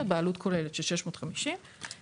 בעלות כוללת של כ-650 מיליון שקלים,